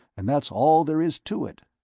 and that's all there is to it.